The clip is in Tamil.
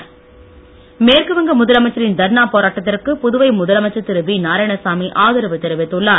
கொல்கத்தா மேற்குவங்க முதலமைச்சரின் தர்ணா போராட்டத்திற்கு புதுவை முதலமைச்சர் திரு வி நாராயணசாமி ஆதரவு தெரிவித்துள்ளார்